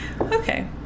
Okay